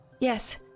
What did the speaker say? Yes